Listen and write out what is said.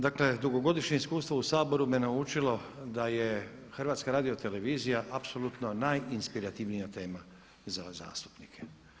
Dakle dugogodišnje iskustvo u Saboru me naučilo da je HRT apsolutno najinspirativnija tema za zastupnike.